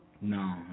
No